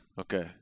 Okay